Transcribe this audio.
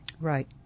Right